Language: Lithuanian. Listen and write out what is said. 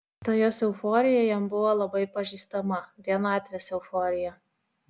ta jos euforija jam buvo labai pažįstama vienatvės euforija